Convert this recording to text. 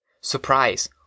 Surprise